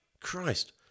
christ